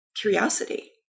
curiosity